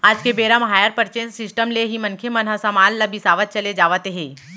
आज के बेरा म हायर परचेंस सिस्टम ले ही मनखे मन ह समान मन ल बिसावत चले जावत हे